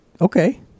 Okay